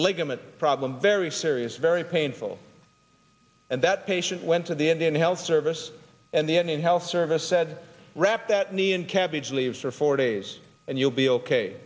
ligament problem very serious very painful and that patient went to the indian health service and then health service said wrap that knee in cabbage leaves for four days and you'll be ok